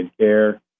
care